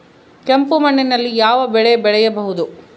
ಕೆಂಪು ಮಣ್ಣಿನಲ್ಲಿ ಯಾವ ಬೆಳೆ ಬೆಳೆಯಬಹುದು?